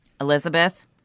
Elizabeth